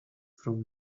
from